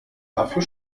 dafür